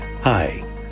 Hi